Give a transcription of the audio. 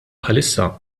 bħalissa